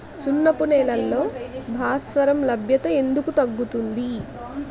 సున్నపు నేలల్లో భాస్వరం లభ్యత ఎందుకు తగ్గుతుంది?